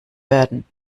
werden